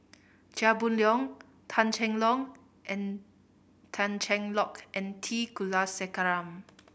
Chia Boon Leong Tan Cheng Lock and Tan Cheng Lock and T Kulasekaram